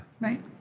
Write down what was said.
Right